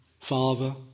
father